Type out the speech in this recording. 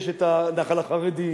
יש הנח"ל החרדי,